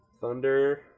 Thunder